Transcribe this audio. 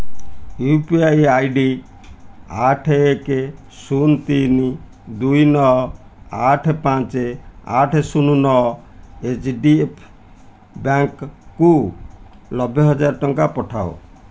you P I I D ଆଠ ଏକ ଶୂନ ତିନି ଦୁଇ ନଅ ଆଠ ପାଞ୍ଚ ଆଠ ଶୂନ ନଅ ଏଚ୍ ଡ଼ି ଏଫ୍ ସି ବ୍ୟାଙ୍କ୍କୁ ନବେହଜାର ଟଙ୍କା ପଠାଅ